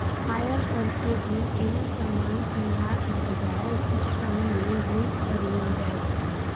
hire purchase मे कोनो समान कीनलाक बजाय किछ समय लेल रेंट पर लेल जाएत छै